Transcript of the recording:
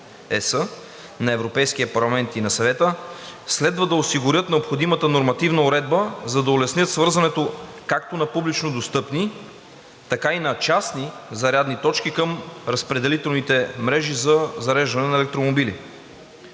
ЕС на Европейския парламент и на Съвета следва да осигурят необходимата нормативна уредба, за да улеснят свързването както на публично достъпни, така и на частни зарядни точки към разпределителните мрежи за зареждане на електромобили.